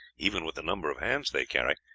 even with the number of hands they carry,